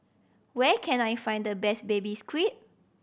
where can I find the best Baby Squid